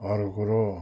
अरू कुरो